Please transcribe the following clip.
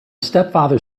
stepfather